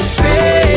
say